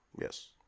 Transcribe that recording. Yes